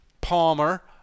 Palmer